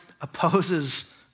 opposes